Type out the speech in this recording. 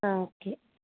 okay